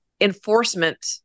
enforcement